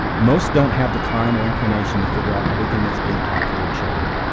most don't have the time or inclination to figure out everything that's being taught to their children.